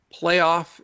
playoff